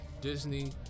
Disney